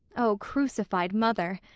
o crucified mother,